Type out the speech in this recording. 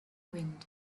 wind